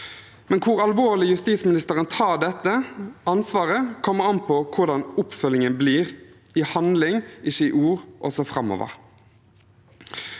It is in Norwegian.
Hvor alvorlig justisministeren tar dette ansvaret, kommer an på hvordan oppfølgingen blir i handling, ikke i ord, også framover.